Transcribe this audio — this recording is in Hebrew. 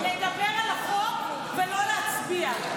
-- לדבר על החוק ולא להצביע.